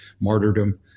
martyrdom